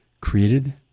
created